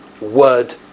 word